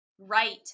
right